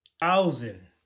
Thousand